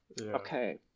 okay